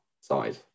side